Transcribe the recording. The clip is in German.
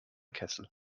kessel